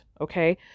Okay